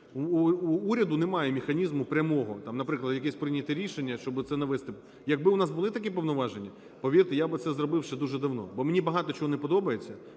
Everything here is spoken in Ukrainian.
У уряду немає механізму прямого, там, наприклад, якесь прийняти рішення, щоб оце навести… Якби у нас були такі повноваження, повірте, я би це зробив ще дуже давно, бо мені багато чого не подобається